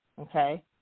okay